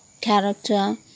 character